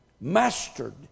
mastered